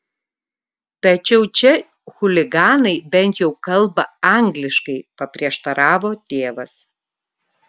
tačiau čia chuliganai bent jau kalba angliškai paprieštaravo tėvas